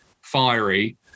fiery